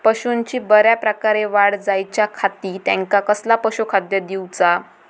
पशूंची बऱ्या प्रकारे वाढ जायच्या खाती त्यांका कसला पशुखाद्य दिऊचा?